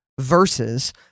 verses